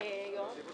הישיבה